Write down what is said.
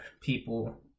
people